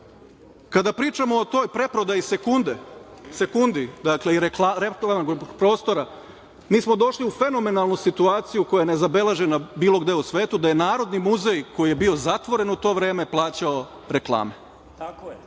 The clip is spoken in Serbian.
toga. Kada pričamo o toj preprodaji sekundi i reklamnog prostora, mi smo došli u fenomenalnu situaciju koja je nezabeležena bilo gde u svetu, da je Narodni muzej, koji je bio zatvoren u to vreme, plaćao reklame.